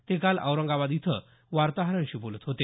ते काल औरंगाबाद इथं वार्ताहरांशी बोलत होते